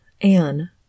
Anne